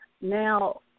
Now